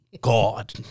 God